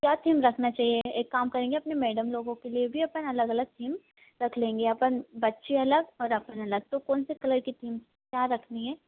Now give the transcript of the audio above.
क्या थीम रखना चाहिए एक काम करेंगे अपने मैडम लोगों के लिए भी अपन अलग अलग थीम रख लेंगे अपन बच्चे अलग और अपन अलग तो कौन सी कलर की थीम क्या रखनी है